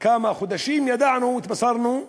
כמה חודשים ידענו, התבשרנו,